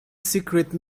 secret